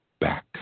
back